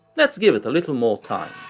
let's give it a little more time.